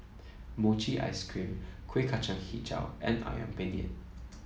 Mochi Ice Cream Kuih Kacang hijau and ayam penyet